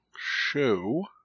Show